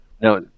Now